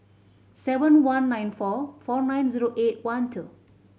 seven one nine four four nine zero eight one two